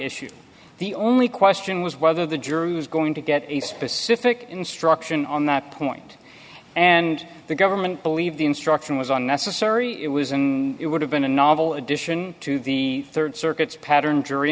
issue the only question was whether the juror was going to get a specific instruction on that point and the government believed the instruction was unnecessary it was and it would have been a novel addition to the rd circuit's pattern jury